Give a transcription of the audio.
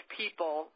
people